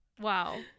wow